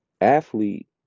athlete